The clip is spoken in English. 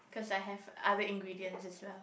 cause I have other ingredients as well